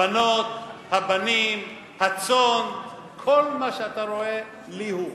הבנות, הבנים, הצאן, כל מה שאתה רואה "לי הוא".